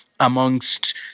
amongst